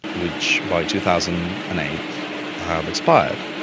which by two thousand and eight have expired.